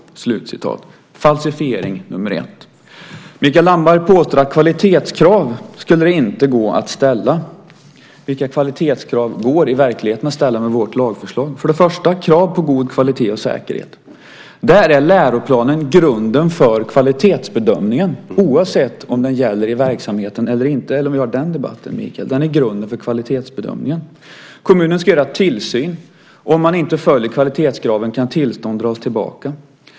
Detta är falsifiering nr 1. Mikael Damberg påstår att kvalitetskrav inte skulle kunna ställas. Vilka kvalitetskrav går i verkligheten att ställa med vårt lagförslag? Till att börja med gäller det krav på god kvalitet och säkerhet. Där är läroplanen grunden för kvalitetsbedömningen, oavsett om den gäller i verksamheten eller inte, om vi har den debatten, Mikael. Den är grunden för kvalitetsbedömningen. Kommunen ska utöva tillsyn, och om man inte följer kvalitetskraven kan tillståndet dras tillbaka.